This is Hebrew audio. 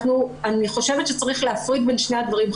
אני חושבת שצריך להפריד בין שני הדברים.